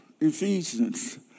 Ephesians